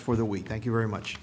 for the week thank you very much